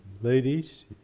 ladies